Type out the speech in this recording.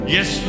Yes